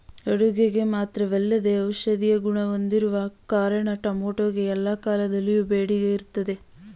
ಅಡುಗೆಗೆ ಮಾತ್ರವಲ್ಲದೇ ಔಷಧೀಯ ಗುಣ ಹೊಂದಿರೋ ಕಾರಣ ಟೊಮೆಟೊಗೆ ಎಲ್ಲಾ ಕಾಲದಲ್ಲಿಯೂ ಬೇಡಿಕೆ ಇರ್ತದೆ